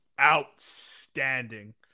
outstanding